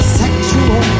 sexual